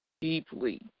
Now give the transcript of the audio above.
deeply